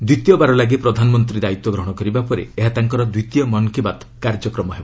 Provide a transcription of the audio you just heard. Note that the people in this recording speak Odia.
ଦ୍ୱିତୀୟବାର ଲାଗି ପ୍ରଧାନମନ୍ତ୍ରୀ ଦାୟିତ୍ୱ ଗ୍ରହଣ କରିବା ପରେ ଏହା ତାଙ୍କର ଦ୍ୱିତୀୟ ମନ୍ କି ବାତ୍ କାର୍ଯ୍ୟକ୍ରମ ହେବ